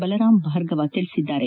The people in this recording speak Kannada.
ಬಲರಾಮ್ ಭಾರ್ಗವ ತಿಳಿಸಿದ್ದಾರೆ